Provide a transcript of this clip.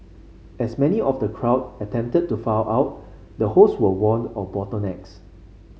as many of the crowd attempted to file out the host were warned of bottlenecks